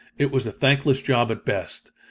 it was a thankless job at best,